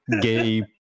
gay